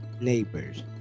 neighbors